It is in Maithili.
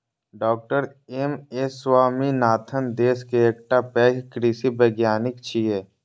डॉ एम.एस स्वामीनाथन देश के एकटा पैघ कृषि वैज्ञानिक छियै